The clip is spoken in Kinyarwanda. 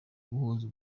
guhuza